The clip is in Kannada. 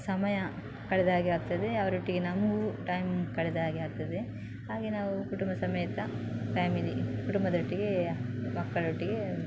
ಸಮಯ ಕಳೆದ ಹಾಗೆ ಆಗ್ತದೆ ಅವರೊಟ್ಟಿಗೆ ನಾವು ಟೈಮ್ ಕಳೆದ ಹಾಗೆ ಆಗ್ತದೆ ಹಾಗೆ ನಾವು ಕುಟುಂಬ ಸಮೇತ ಫ್ಯಾಮಿಲಿ ಕುಟುಂಬದೊಟ್ಟಿಗೆ ಮಕ್ಕಳೊಟ್ಟಿಗೆ